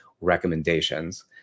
recommendations